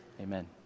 amen